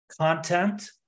content